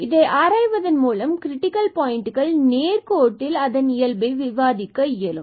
இதை ஆராய்வதன் மூலம் கிரிட்டிக்கல் பாயிண்டுகள் நேர்கோட்டில் அதன் இயல்பை விவாதிக்க இயலும்